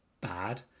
bad